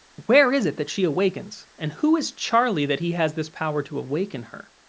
where is it that she awakens, and who is charlie that he has this power to awaken her?